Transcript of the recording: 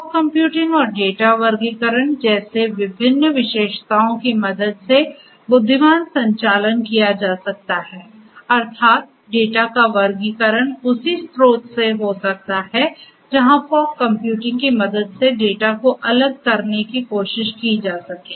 fog computing और data वर्गीकरण जैसी विभिन्न विशेषताओं की मदद से बुद्धिमान संचालन किया जा सकता है अर्थात डेटा का वर्गीकरण उसी स्रोत से हो सकता है जहां फॉग कंप्यूटिंग की मदद से डेटा को अलग करने की कोशिश की जा सके